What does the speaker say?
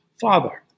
father